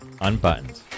Unbuttoned